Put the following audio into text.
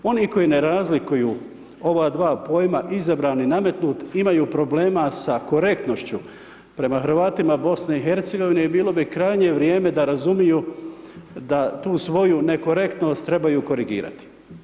Oni koji ne razlikuju ova dva pojma „izabran“ i „nametnut“ imaju problema sa korektnošću prema Hrvatima BiH-a i bilo bi krajnje vrijeme da razumiju da tu svoju nekorektnost trebaju korigirati.